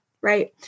right